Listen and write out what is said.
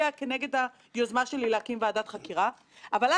לא ביקשתי לזרוק אבן אחרי הנופל חבר הכנסת משה